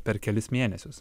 per kelis mėnesius